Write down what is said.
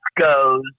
goes